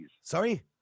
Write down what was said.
Sorry